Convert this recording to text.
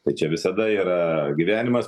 tai čia visada yra gyvenimas